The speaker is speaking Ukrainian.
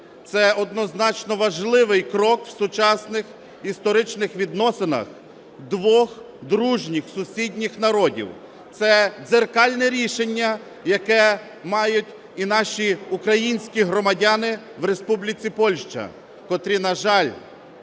це, однозначно, важливий крок в сучасних історичних відносинах двох дружніх сусідніх народів. Це дзеркальне рішення, яке мають і наші українські громадяни в Республіці Польща, котрі, на жаль,